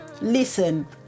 listen